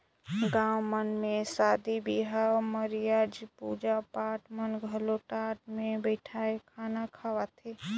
गाँव मन म सादी बिहाव, मरिया, पूजा पाठ मन में घलो टाट मे बइठाके खाना खवाथे